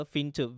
Finch